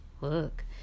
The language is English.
look